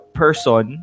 person